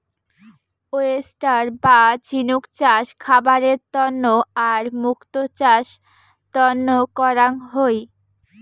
oyster বা ঝিনুক চাষ খাবারের তন্ন আর মুক্তো চাষ তন্ন করাং হই